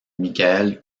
michael